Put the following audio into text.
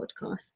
Podcast